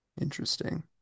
Interesting